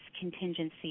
contingency